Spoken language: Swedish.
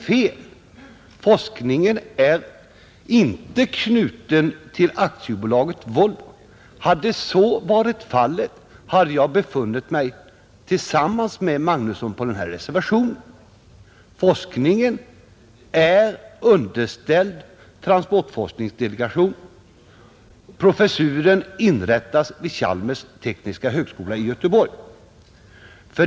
Forskningen är inte knuten till AB Volvo. Hade så varit fallet, hade jag befunnit mig tillsammans med herr Magnusson beträffande reservationen. Forskningen är underställd transportforskningsdelegationen. Professuren inrättas vid Chalmers tekniska högskola i Göteborg.